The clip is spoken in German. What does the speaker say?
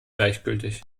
gleichgültig